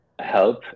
help